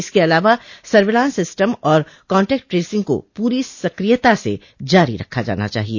इसके अलावा surveillance system और कांटैक्ट ट्रेसिंग को पूरी सकियता से जारी रखा जाना चाहिए